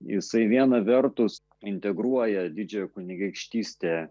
jisai viena vertus integruoja didžiąją kunigaikštystę